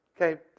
Okay